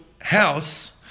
house